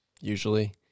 usually